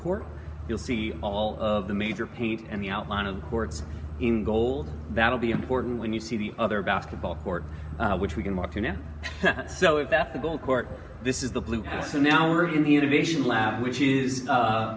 court you'll see all of the major pete and the outline of course in gold that'll be important when you see the other basketball court which we can watch you know so if that's the goal court this is the blue pass and now we're in the innovation lab which is